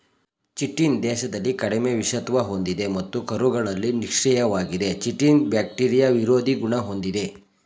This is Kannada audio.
ಚಿಟಿನ್ ದೇಹದಲ್ಲಿ ಕಡಿಮೆ ವಿಷತ್ವ ಹೊಂದಿದೆ ಮತ್ತು ಕರುಳಲ್ಲಿ ನಿಷ್ಕ್ರಿಯವಾಗಿದೆ ಚಿಟಿನ್ ಬ್ಯಾಕ್ಟೀರಿಯಾ ವಿರೋಧಿ ಗುಣ ಹೊಂದಿದೆ